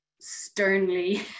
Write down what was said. sternly